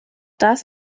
das